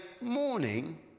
morning